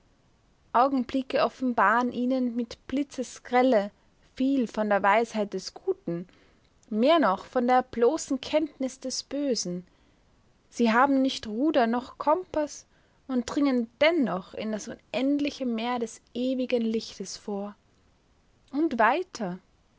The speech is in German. augenblicke offenbaren ihnen mit blitzesgrelle viel von der weisheit des guten mehr noch von der bloßen kenntnis des bösen sie haben nicht ruder noch kompaß und dringen dennoch in das unendliche meer des ewigen lichtes vor und weiter